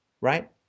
right